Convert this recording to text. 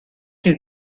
you